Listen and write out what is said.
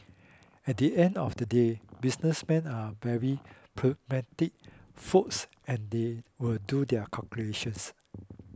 at the end of the day businessmen are very pragmatic folks and they will do their calculations